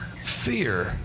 fear